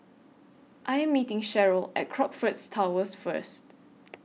I Am meeting Sharyl At Crockfords Towers First